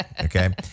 okay